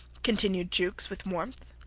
continued jukes with warmth.